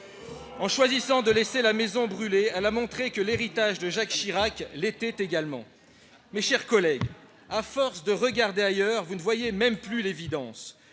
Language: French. En choisissant de laisser la maison brûler, elle a montré que l'héritage de Jacques Chirac l'était également. Mes chers collègues, à force de regarder ailleurs, vous ne voyez même plus l'évidence.